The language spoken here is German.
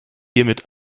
hiermit